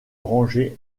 ranger